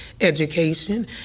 education